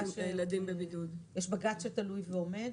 יש בג"ץ תלוי ועומד,